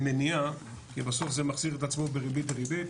במניעה, כי בסוף זה מחזיר את עצמו בריבית דריבית.